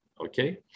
Okay